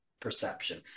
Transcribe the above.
perception